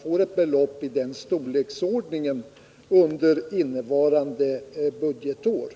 får ett belopp i den storleksordningen under innevarande budgetår.